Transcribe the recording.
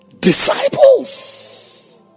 disciples